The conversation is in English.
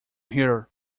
here